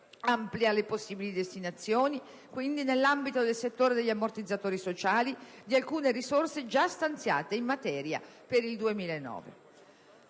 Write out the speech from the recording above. quindi le possibili destinazioni, nell'ambito del settore degli ammortizzatori sociali, di alcune risorse già stanziate in materia per il 2009.